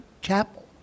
chapel